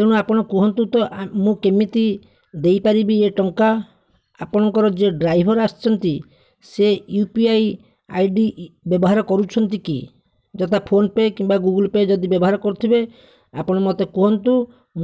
ତେଣୁ ଆପଣ କୁହନ୍ତୁ ତ ଆଁ ମୁଁ କେମିତି ଦେଇପାରିବି ଏ ଟଙ୍କା ଆପଣଙ୍କର ଯେ ଡ୍ରାଇଭର୍ ଆସିଛନ୍ତି ସେ U P I I D ବ୍ୟବହାର କରୁଛନ୍ତି କି ଯଥା ଫୋନ୍ପେ' କିମ୍ବା ଗୁଗଲ୍ପେ' ଯଦି ବ୍ୟବହାର କରୁଥିବେ ଆପଣ ମୋତେ କୁହନ୍ତୁ